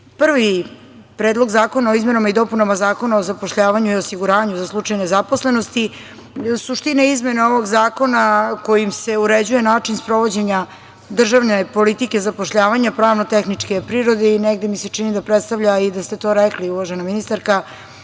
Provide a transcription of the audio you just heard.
je Predlog zakona o izmenama i dopunama Zakona o zapošljavanju i osiguranju za slučaj nezaposlenosti. Suština izmene ovog zakona kojim se uređuje način sprovođenja državne politike zapošljavanja pravno-tehničke je prirode i čini mi se da predstavlja i da ste to rekli, uvažena ministarka,